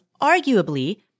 arguably